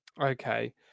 Okay